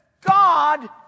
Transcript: God